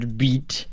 beat